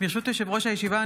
ברשות יושב-ראש הישיבה,